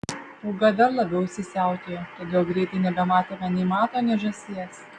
pūga dar labiau įsisiautėjo todėl greitai nebematėme nei mato nei žąsies